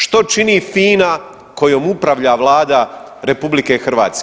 Što čini FINA kojom upravlja Vlada RH?